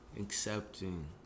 accepting